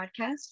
podcast